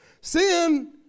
Sin